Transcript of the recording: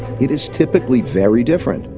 it is typically very different.